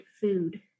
food